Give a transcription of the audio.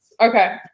Okay